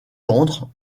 tendre